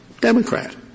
Democrat